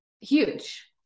Huge